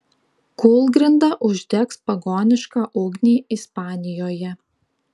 kūlgrinda uždegs pagonišką ugnį ispanijoje